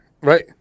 Right